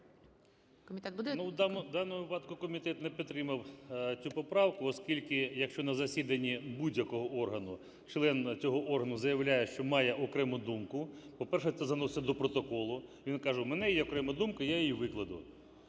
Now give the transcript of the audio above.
в даному випадку комітет не підтримав цю поправку, оскільки, якщо на засіданні будь-якого органу член цього органу заявляє, що має окрему думку. По-перше, це заноситься до протоколу, і він каже, у мене є окрема думка, я її викладу.